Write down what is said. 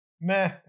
Meh